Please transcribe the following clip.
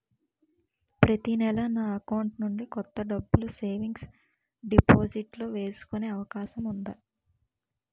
ప్రతి నెల నా అకౌంట్ నుండి కొంత డబ్బులు సేవింగ్స్ డెపోసిట్ లో వేసుకునే అవకాశం ఉందా?